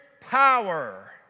power